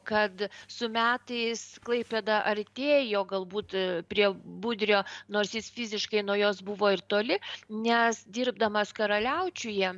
kad su metais klaipėda artėjo galbūt prie budrio nors jis fiziškai nuo jos buvo ir toli nes dirbdamas karaliaučiuje